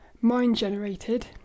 mind-generated